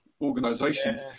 organization